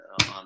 on